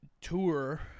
tour